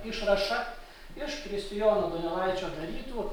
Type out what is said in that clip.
išrašą iš kristijono donelaičio darytų